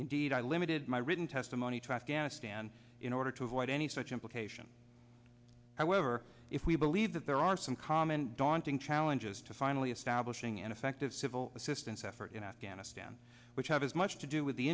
indeed i limited my written testimony to afghanistan in order to avoid any such implication however if we believe that there are some common daunting challenges to finally establishing an effective civil assistance effort in afghanistan which have as much to do with the